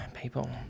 people